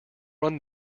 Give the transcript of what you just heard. run